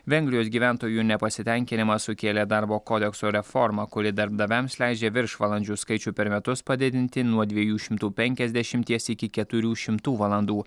vengrijos gyventojų nepasitenkinimą sukėlė darbo kodekso reforma kuri darbdaviams leidžia viršvalandžių skaičių per metus padidinti nuo dviejų šimtų penkiasdešimties iki keturių šimtų valandų